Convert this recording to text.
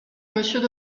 monsieur